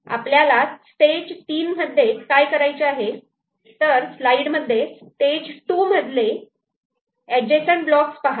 आपल्याला स्टेज 3 मध्ये काय करायचे आहे तर स्लाईड मध्ये स्टेज 2 मधले ऍडजसंट ब्लॉक्स पहा